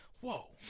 whoa